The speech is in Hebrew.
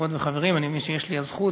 חברות וחברים, אני מבין שיש לי הזכות